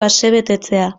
asebetetzea